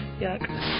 yuck